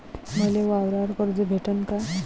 मले वावरावर कर्ज भेटन का?